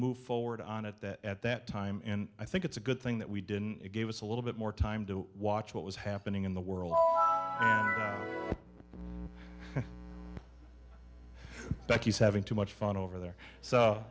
move forward on it that at that time and i think it's a good thing that we didn't it gave us a little bit more time to watch what was happening in the world becky is having too much fun over there